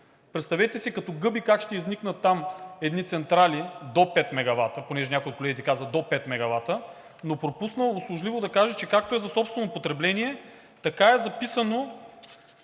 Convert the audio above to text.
представете си като гъби как ще изникнат там едни централи до 5 мегавата, понеже някои от колегите казват до 5 мегавата, но пропусна услужливо да каже, че както е за собствено потребление, така е записано,